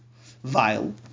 Vile